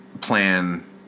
plan